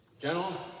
General